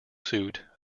suit